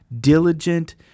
diligent